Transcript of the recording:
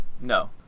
no